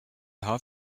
have